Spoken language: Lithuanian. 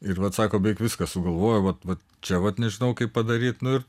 ir vat sako beveik viską sugalvojau vat vat čia vat nežinau kaip padaryt nu ir